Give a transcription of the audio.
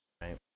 Right